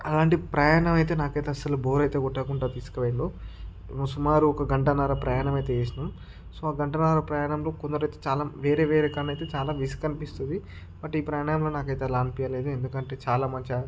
అలాంటి ప్రయాణమైతే నాకైతే అసలు బోర్ అయితే కొట్టకుండా తీసుకుపోయిండు సుమారు ఒక గంటన్నర ప్రయాణమైతే చేసిన సో గంటన్నర ప్రయాణంలో కొందరైతే చాలా వేరే వేరే కాడన అయితే చాలా రిస్క్ అనిపిస్తది బట్ ఈ ప్రయాణంలో నాకైతే అలా అనిపియలేదు ఎందుకంటే చాలా మంచిగా